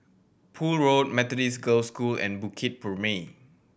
Poole Road Methodist Girls' School and Bukit Purmei